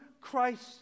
Christ